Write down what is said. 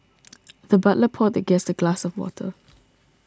the butler poured the guest a glass of water